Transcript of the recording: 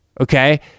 okay